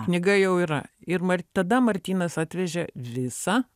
knyga jau yra ir mar tada martynas atvežė visą